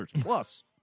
plus